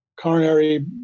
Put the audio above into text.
coronary